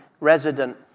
resident